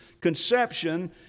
conception